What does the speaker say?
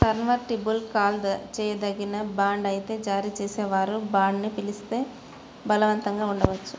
convertible call చేయదగిన bond అయితే జారీ చేసేవారు బాండ్ని పిలిస్తే బలవంతంగా ఉండవచ్చు